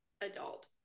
adult